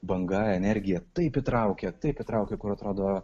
banga energija taip įtraukia taip įtraukia kur atrodo